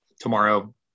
tomorrow